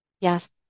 Yes